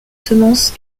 semences